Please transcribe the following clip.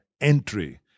entry